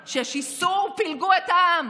לבקש סליחה על ששיסו ופילגו את העם,